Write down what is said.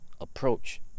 approach